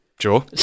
Sure